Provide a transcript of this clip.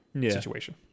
situation